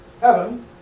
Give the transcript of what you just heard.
heaven